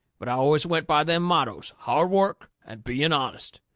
but i always went by them mottoes hard work and being honest.